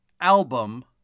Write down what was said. album